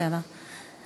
התשע"ו 2016, נתקבל.